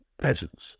peasants